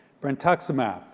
Brentuximab